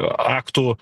a aktų